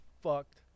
fucked